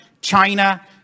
China